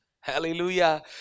Hallelujah